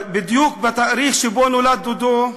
בדיוק בתאריך שבו נולד דודו,